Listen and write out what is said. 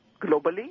globally